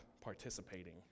participating